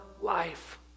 life